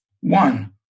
One